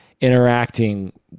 interacting